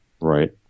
right